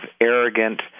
arrogant